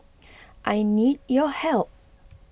I need your help